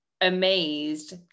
amazed